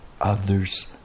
others